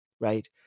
right